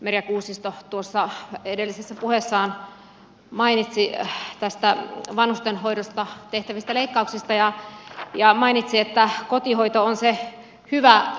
merja kuusisto edellisessä puheessaan mainitsi näistä vanhustenhoidosta tehtävistä leikkauksista ja mainitsi että kotihoito on se hyvä hoitomuoto